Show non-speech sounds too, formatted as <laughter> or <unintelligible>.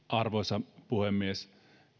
<unintelligible> arvoisa puhemies